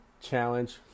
challenge